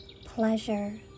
pleasure